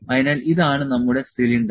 അതിനാൽ ഇതാണ് നമ്മുടെ സിലിണ്ടർ